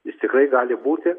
jis tikrai gali būti